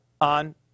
on